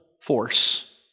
force